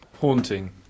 Haunting